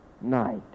night